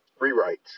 rewrites